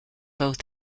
both